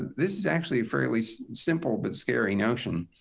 this is actually a fairly simple but scary notion.